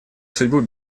судьбу